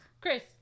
Chris